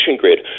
grid